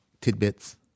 tidbits